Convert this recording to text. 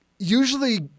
Usually